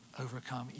Overcome